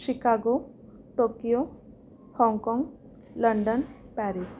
Chicago Tokyo Hong Kong London Paris